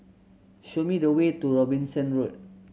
show me the way to Robinson Road